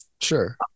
Sure